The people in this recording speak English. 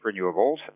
renewables